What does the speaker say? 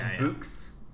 books